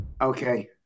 Okay